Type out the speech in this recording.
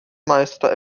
meister